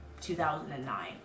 2009